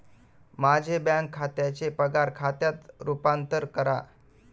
माझे बँक खात्याचे पगार खात्यात रूपांतर करा